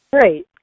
Great